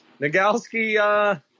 Nagalski